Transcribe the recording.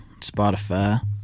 Spotify